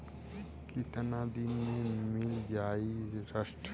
कितना दिन में मील जाई ऋण?